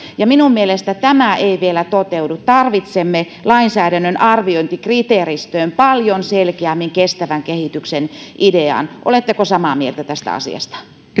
minun mielestäni tämä ei vielä toteudu tarvitsemme lainsäädännön arviointikriteeristöön paljon selkeämmin kestävän kehityksen idean oletteko samaa mieltä tästä asiasta